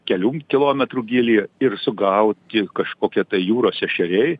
kelių kilometrų gylyje ir sugauti kažkokie tai jūros ešeriai